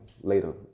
later